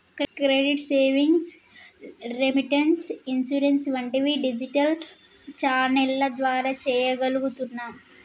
credit, savings, remittance, insurance వంటివి digital ఛానెల్ల ద్వారా చెయ్యగలుగుతున్నాం